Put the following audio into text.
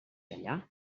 allà